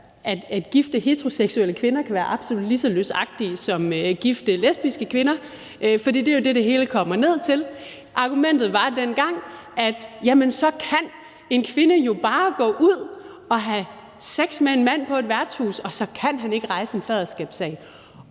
at gifte heteroseksuelle kvinder kan være absolut lige så løsagtige som gifte lesbiske kvinder, for det er jo det, det hele kommer ned til. Argumentet var dengang, at så kan en kvinde jo bare gå ud og have sex med en mand på et værtshus, og så kan han ikke kan rejse en faderskabssag.